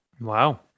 Wow